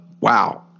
wow